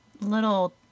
little